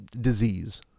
disease